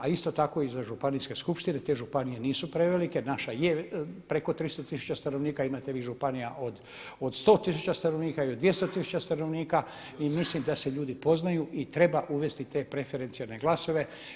A isto tako i za županijske skupštine, te županije nisu prevelike, naša je preko 300 tisuća stanovnika, imate vi županija od 100 tisuća stanovnika, i od 200 tisuća stanovnika i mislim da se ljudi poznaju i treba uvesti te preferencijalne glasove.